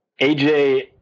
AJ